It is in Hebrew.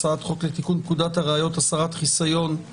הצעת חוק לתיקון פקודת הראיות (הסרת חיסיון),